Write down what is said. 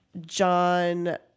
John